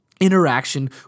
interaction